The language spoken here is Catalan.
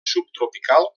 subtropical